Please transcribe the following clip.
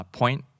point